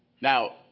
Now